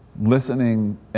listening